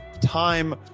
time